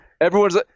everyone's